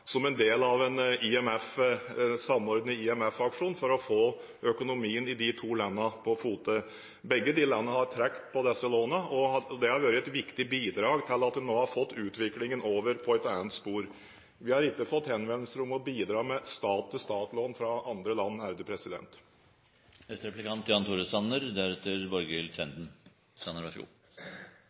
som en del av en samordnet IMF-aksjon for å få økonomien i de to landene på fote. Begge disse landene har trukket på disse lånene, og det har vært et viktig bidrag til at en nå har fått utviklingen over på et annet spor. Vi har ikke fått henvendelser om å bidra med stat-til-stat-lån fra andre land.